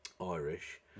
Irish